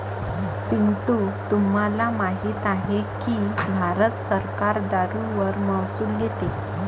पिंटू तुम्हाला माहित आहे की भारत सरकार दारूवर महसूल घेते